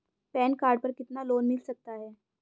Pan card पर कितना loan मिल सकता है?